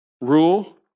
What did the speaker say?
rule